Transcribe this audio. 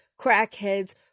crackheads